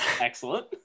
Excellent